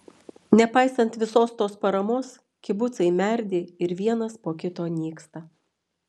nepaisant visos tos paramos kibucai merdi ir vienas po kito nyksta